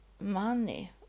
money